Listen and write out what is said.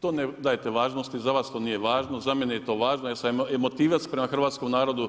To ne dajete važnosti za vas, to nije važno za mene, je to važno, jer sam emotivac prema hrvatskom narodu,